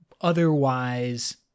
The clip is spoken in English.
otherwise